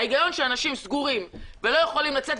ההיגיון שאנשים סגורים ולא יכולים לצאת,